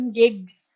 gigs